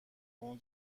اون